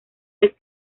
vez